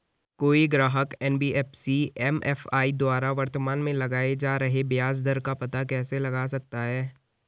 कोई ग्राहक NBFC MFI द्वारा वर्तमान में लगाए जा रहे ब्याज दर का पता कैसे लगा सकता है?